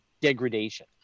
degradation